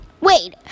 Wait